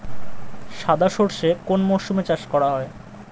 সাদা সর্ষে কোন মরশুমে চাষ করা হয়?